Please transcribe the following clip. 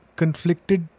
conflicted